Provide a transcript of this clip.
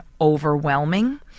overwhelming